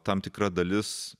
tam tikra dalis